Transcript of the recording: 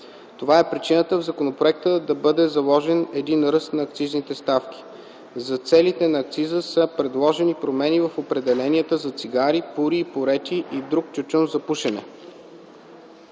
Това е причината в законопроекта да бъде заложен един ръст на акцизни ставки. За целите на акциза са предложени промени в определенията за цигари, пури и пурети и друг тютюн за пушене: